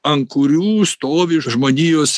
ant kurių stovi žmonijos